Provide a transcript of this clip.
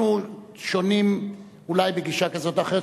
אנחנו שונים אולי בגישה כזו או אחרת,